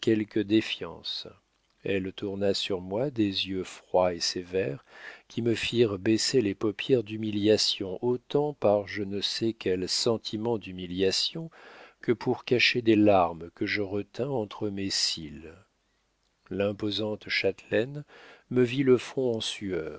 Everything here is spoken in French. défiance elle tourna sur moi des yeux froids et sévères qui me firent baisser les paupières autant par je ne sais quel sentiment d'humiliation que pour cacher des larmes que je retins entre mes cils l'imposante châtelaine me vit le front en sueur